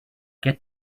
get